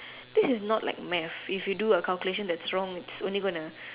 this is not like math if you do a calculation that's wrong it's only gonna